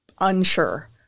unsure